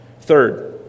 Third